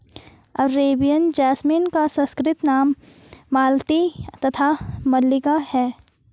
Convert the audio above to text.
Arabian jasmine का संस्कृत नाम मालती तथा मल्लिका है